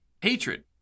Hatred